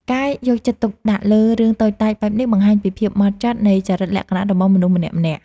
ការយកចិត្តទុកដាក់លើរឿងតូចតាចបែបនេះបង្ហាញពីភាពហ្មត់ចត់នៃចរិតលក្ខណៈរបស់មនុស្សម្នាក់ៗ។